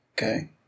okay